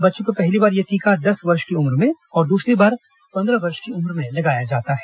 बच्चों को पहली बार यह टीका दस वर्ष की उम्र में और दूसरी बार पंद्रह वर्ष की उम्र में लगता है